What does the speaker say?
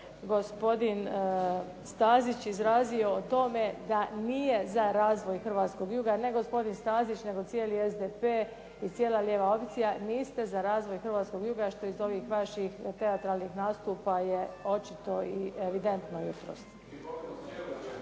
gospodin Stazić izrazio o tome da nije za razvoj hrvatskog juga, ne gospodin Stazić, nego cijeli SDP i cijela lijeva opcija niste za razvoj hrvatskog juga, što iz ovih vaših teatralnih nastupa je očito i evidentno jutros.